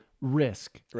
risk